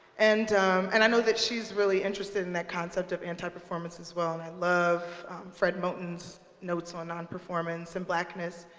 and and i know that she's really interested in that concept of anti-performance, as well. and i love fred moten's notes on non-performance and blackness,